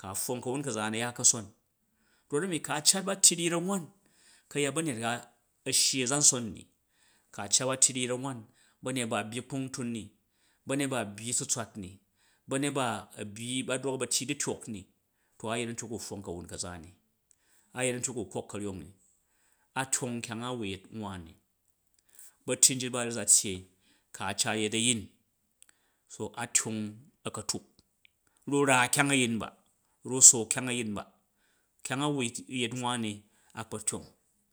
ka pfong ka̱wan ka̱za a̱ nu ya kason, rot ami ku cat ba tyi du̱yrek wan kayat ba̱nyet ka shyi a̱za̱mson ni, ka cat ba̱tyi du̱yrek wan u̱ ba̱nyet ba a̱ byi kpumgtun ni, ba̱nyet ba a̱ byyi tsutswat m, ba̱ryet ba a̱byyi ba drok a̱ ba̱ tyi u̱ du̱tyok ni to a̱ yet a̱ntyuku a̱ pfong kawun kaza ni, a̱ yet a̱ntyuk u a̱kok ka̱ryong ni, a tyong kyang a wui yet nwan ni, ba̱tyi njit ba a, ru za tyyei, ku a cat yet a̱yin so atyong a̱katuk, ru ra kyang a̱yin ba nyu sook kyang a̱yin ba, kyang a wai yet nwan ni a kpa̱ tyong.